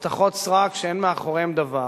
הבטחות סרק שאין מאחוריהן דבר.